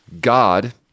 God